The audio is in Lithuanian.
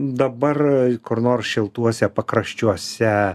dabar kur nors šiltuose pakraščiuose